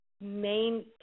main